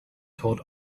told